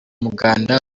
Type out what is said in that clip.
muganda